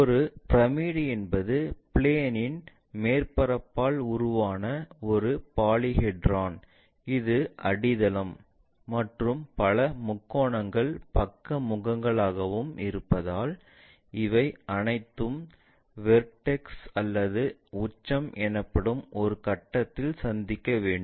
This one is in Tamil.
ஒரு பிரமிடு என்பது பிளேன்இன் மேற்பரப்பால் உருவான ஒரு பாலிஹெட்ரான் இது அடித்தளம் மற்றும் பல முக்கோணங்கள் பக்க முகங்களாகவும் இருப்பதால் இவை அனைத்தும் வெர்டெக்ஸ் அல்லது உச்சம் எனப்படும் ஒரு கட்டத்தில் சந்திக்க வேண்டும்